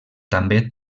també